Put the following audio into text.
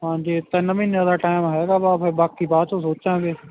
ਹਾਂਜੀ ਤਿੰਨ ਮਹੀਨਿਆਂ ਦਾ ਟਾਈਮ ਹੈਗਾ ਵਾ ਫਿਰ ਬਾਕੀ ਬਾਅਦ 'ਚੋਂ ਸੋਚਾਂਗੇ